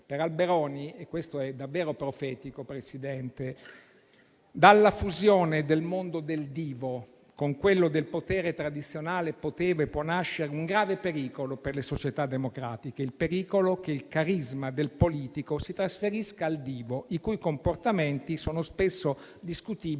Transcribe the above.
per Alberoni - e questo è davvero profetico Presidente - dalla fusione del mondo del divo con quello del potere tradizionale poteva e può nascere un grave pericolo per le società democratiche: il pericolo che il carisma del politico si trasferisca al divo, i cui comportamenti sono spesso discutibili